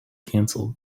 canceled